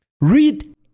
Read